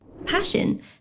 Passion